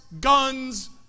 guns